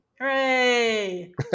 Hooray